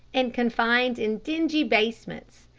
and confined in dingy basements,